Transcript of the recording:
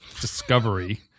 Discovery